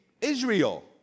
Israel